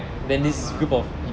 ஆமா:aama